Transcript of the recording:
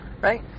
Right